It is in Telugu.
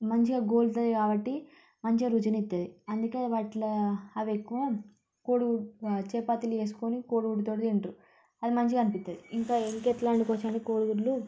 మంచిగా గోల్తాయి కాబట్టి మంచిగ రుచినిస్తుంది అందుకే అవట్లా అవి ఎక్కువగా కోడి గుడ్డు చపాతీలు చేసుకుని కోడి గుడ్డుతోని తింటారు అది మంచిగా అనిపిస్తుంది అవింకా ఎట్లా అండుకోవచ్చంటే కోడిగుడ్లు